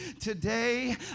Today